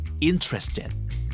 interested